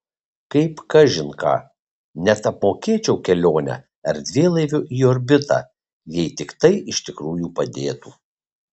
kaip kažin ką net apmokėčiau kelionę erdvėlaiviu į orbitą jei tik tai iš tikrųjų padėtų